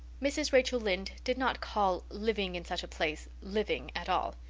mrs. rachel lynde did not call living in such a place living at all.